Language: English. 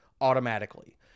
automatically